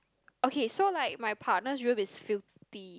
okay so like my partner will be filthy